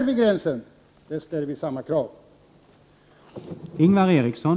Vid gränsen ställer vi samma krav som i Sverige.